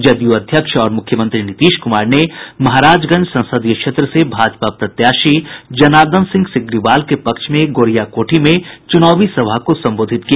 जदयू अध्यक्ष और मुख्यमंत्री नीतीश कुमार ने महाराजगंज संसदीय क्षेत्र से भाजपा प्रत्याशी जनार्दन सिंह सिग्रीवाल के पक्ष में गोरियाकोठी में चुनावी सभा को संबोधित किया